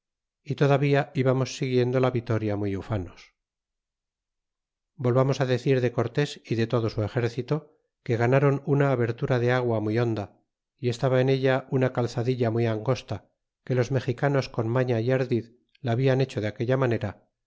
y todavía ibatnos siguiendo la vitoria muy ufanos volvamos decir de cortés y de todo su exéreito que ganron una abertura de agua muy onda y estaba en ella una calzadilla muy angosta que los mexicanos con mafia y ardid la hablan hecho de aquella manera